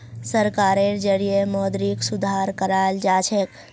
सरकारेर जरिएं मौद्रिक सुधार कराल जाछेक